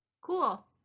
Cool